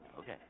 Okay